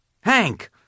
Hank